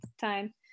time